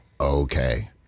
okay